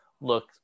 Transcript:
look